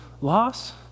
loss